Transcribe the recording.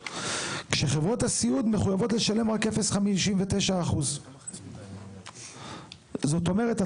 כשחברות הסיעוד מחויבות לשלם רק 0.59%. זאת אומרת,